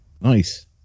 Nice